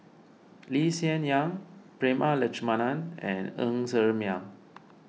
Lee Hsien Yang Prema Letchumanan and Ng Ser Miang